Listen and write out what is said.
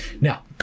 Now